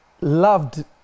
loved